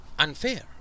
unfair